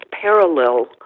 parallel